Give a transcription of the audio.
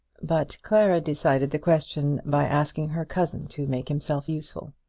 but clara decided the question by asking her cousin to make himself useful.